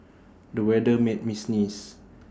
the weather made me sneeze